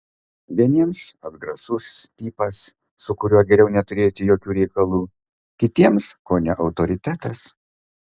vieniems atgrasus tipas su kuriuo geriau neturėti jokių reikalų kitiems kone autoritetas